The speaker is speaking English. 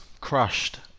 crushed